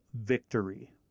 victory